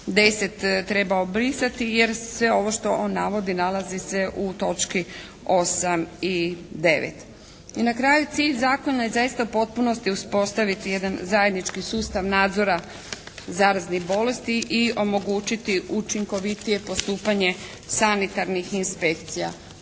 10. trebao brisati jer sve ovo što on navodi nalazi se u točki 8. i 9. I na kraju cilj Zakona je zaista u potpunosti uspostaviti jedan zajednički sustav nadzora zaraznih bolesti i omogućiti učinkovitije postupanje sanitarnih inspekcija.